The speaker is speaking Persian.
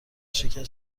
شرکت